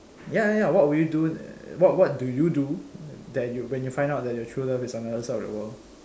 ya ya what will you do uh what do you do that when you find out that your true love is on another side of the world